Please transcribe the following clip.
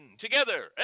together